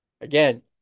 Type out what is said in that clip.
Again